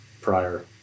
prior